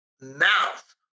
mouth